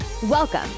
Welcome